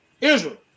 Israel